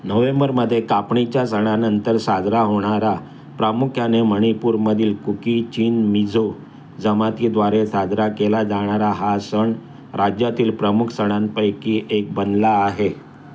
नोव्हेंबरमध्ये कापणीच्या सणानंतर साजरा होणारा प्रामुख्याने मणिपूरमधील कुकी चीन मिझो जमातीद्वारे साजरा केला जाणारा हा सण राज्यातील प्रमुख सणांपैकी एक बनला आहे